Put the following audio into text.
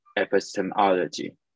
epistemology